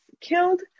killed